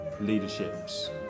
leaderships